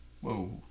whoa